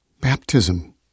baptism